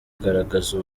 kugaragaza